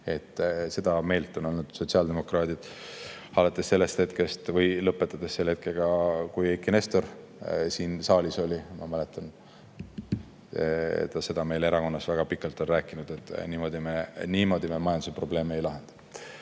Seda meelt on olnud sotsiaaldemokraadid alates sellest [ajast], kui Eiki Nestor siin saalis oli. Ma mäletan, et ta on meile erakonnas väga pikalt rääkinud, et niimoodi me majanduse probleeme ei lahenda.